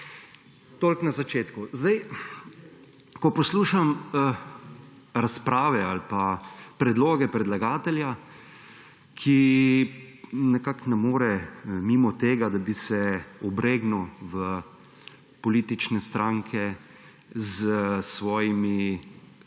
Toliko na začetku. Ko poslušam razprave ali pa predloge predlagatelja, ki nekako ne more mimo tega, da bi se obregnil v politične stranke s svojimi